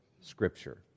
Scripture